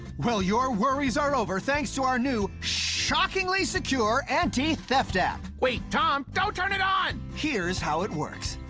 well, your worries are over thanks to our new shockingly secure antitheft app! wait, tom, don't turn it on! here's how it works